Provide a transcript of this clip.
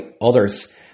others